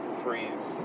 freeze